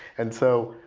and so,